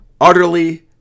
utterly